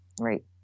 right